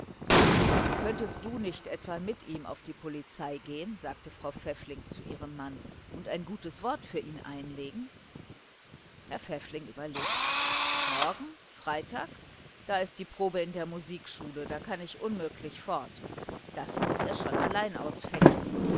könntest du nicht etwa mit ihm auf die polizei gehen sagte frau pfäffling zu ihrem mann und ein gutes wort für ihn einlegen herr pfäffling überlegte morgen freitag da ist probe in der musikschule da kann ich unmöglich fort das muß er schon allein ausfechten